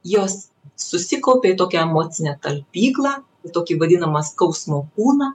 jos susikaupia į tokią emocinę talpyklą į tokį vadinamą skausmo kūną